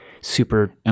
super